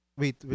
wait